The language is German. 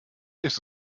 ist